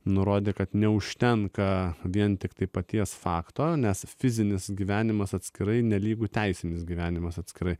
nurodė kad neužtenka vien tiktai paties fakto nes fizinis gyvenimas atskirai nelygu teisinis gyvenimas atskirai